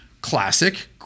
classic